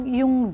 yung